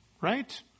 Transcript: right